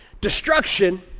Destruction